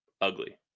ugly